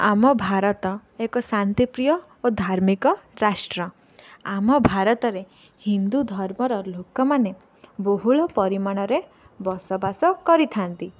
ଆମ ଭାରତ ଏକ ଶାନ୍ତି ପ୍ରିୟ ଓ ଧାର୍ମିକ ରାଷ୍ଟ୍ର ଆମ ଭାରତରେ ହିନ୍ଦୁ ଧର୍ମର ଲୋକମାନେ ବହୁଳ ପରିମାଣରେ ବସବାସ କରିଥାନ୍ତି